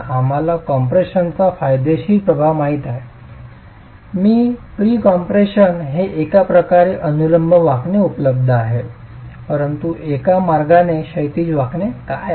आम्हाला कम्प्रेशनचा फायदेशीर प्रभाव माहित आहे प्री कॉम्प्रेशन हे एक प्रकारे अनुलंब वाकणे उपलब्ध आहे परंतु एका मार्गाने क्षैतिज वाकणे काय आहे